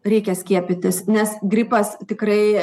reikia skiepytis nes gripas tikrai